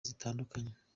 zitandukanye